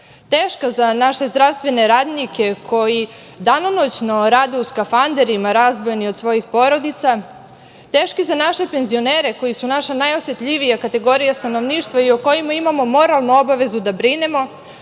teška za naše zdravstvene radnike koji danonoćno rade u skafanderima razdvojeni od svojih porodica, teška za naše penzionere koji su naša najosetljivija kategorija stanovništva i o kojima imamo moralnu obavezu da brinemo,